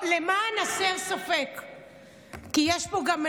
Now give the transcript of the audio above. יש פה גם סכנה אמיתית.